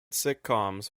sitcoms